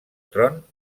tron